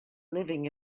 living